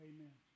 Amen